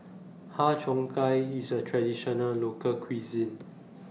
Har Cheong Gai IS A Traditional Local Cuisine